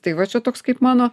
tai va čia toks kaip mano